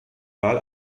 wahl